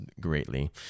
greatly